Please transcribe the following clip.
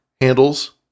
handles